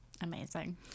Amazing